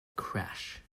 crash